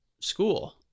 school